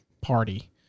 party